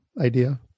idea